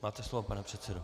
Máte slovo, pane předsedo.